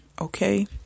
Okay